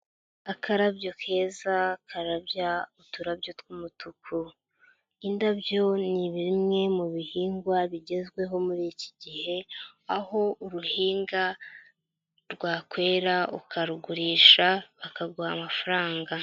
Akarabyo keza karabya uturabyo tw'umutuku, indabyo ni bimwe mu bihingwa bigezweho muri iki gihe aho uruhinga rwakwera ukarugurisha bakaguha amafaranga.